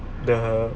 the